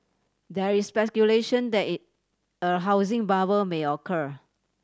there is speculation that is a housing bubble may occur